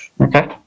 Okay